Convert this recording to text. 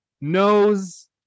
knows